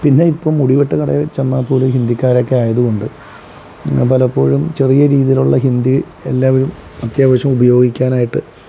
പിന്നെ ഇപ്പം മുടിവെട്ട് കടയിൽ ചെന്നാൽപ്പോലും ഹിന്ദിക്കാരൊക്കെ ആയതുകൊണ്ട് പലപ്പോഴും ചെറിയ രീതിയിലുള്ള ഹിന്ദി എല്ലാവരും അത്യാവശ്യം ഉപയോഗിക്കിനായിട്ട്